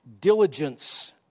Diligence